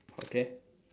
okay